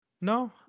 No